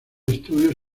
estudios